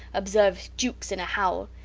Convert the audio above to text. observed jukes in a howl.